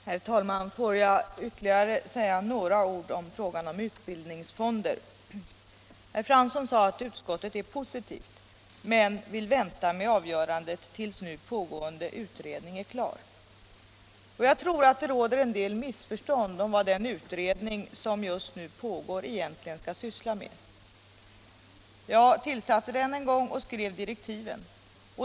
Herr talman! Får jag säga ytterligare några ord i frågan om utbildningsfonder. Herr Fransson sade att utskottet är positivt men vill vänta med avgörandet tills nu pågående utredning är klar. Jag tror att det råder en del missförstånd om vad den utredning som just nu pågår egentligen skall syssla med. Jag tillsatte den en gång och skrev direktiven.